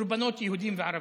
קורבנות יהודים וערבים.